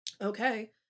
Okay